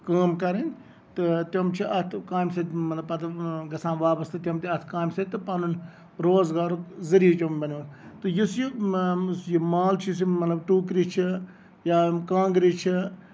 کٲم کَرٕنۍ تہٕ تٔمۍ چھِ اَتھ کامہِ سۭتۍ مطلب بدل گژھان وابسطٕ تِم تہِ اَتھ کامہِ سۭتۍ تہٕ پَنُن روزگارُک ذٔریعہٕ چھِ یِم بَنان تہٕ یُس یہِ مال مطلب ٹوٗکرِ چھِ یا کانگرِ چھِ